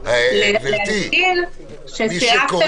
מה שעושים